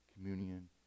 communion